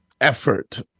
effort